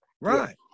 right